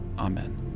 Amen